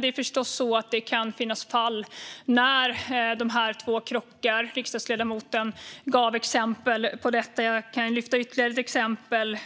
Det kan förstås finnas fall när dessa två krockar. Riksdagsledamoten gav exempel på detta. Jag kan lyfta fram ytterligare ett exempel